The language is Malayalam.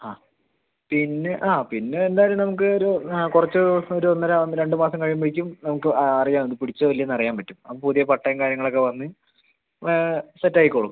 ആ പിന്നെ ആ പിന്നെ എന്തായാലും നമുക്ക് ഒരു ആ കുറച്ച് ദിവസം ഒര് ഒന്നര രണ്ട് മാസം കഴിയുമ്പോഴേയ്ക്കും നമുക്ക് അറിയാം അത് പിടിച്ചോ ഇല്ലയോയെന്ന് അറിയാൻ പറ്റും ആ പുതിയ പട്ടയും കാര്യങ്ങളൊക്ക വന്നു സെറ്റ് ആയിക്കോളും